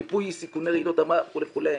מיפוי סיכוני רעידות אדמה וכולי וכולי.